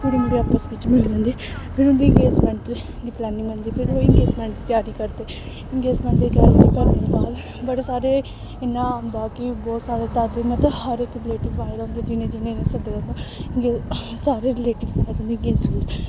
कुड़ी मुड़े आपस बिच्च मिली जंदे फिर उं'दी एंगेजमैंट दी दी प्लैंनिग बनदी फिर ओह् एंगेजमैंट दी त्यारी करदे एंगेजमैंट दी त्यारी करने दे बाद बड़े सारे इन्ना होंदा कि बहुत सारे दादे मतलब हर इक रिलेटिब आये दे होंदे जि'नें जि'नें जि'नें जि'नें सद्दे दा होंदा एंगेज सारे रिलेटिवस सद्दने एंगेजमैंट पर